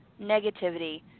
Negativity